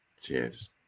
cheers